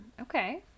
Okay